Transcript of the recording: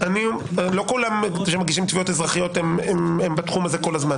לא כל מי שמגיש תביעות אזרחיות הוא כל הזמן בתחום הזה.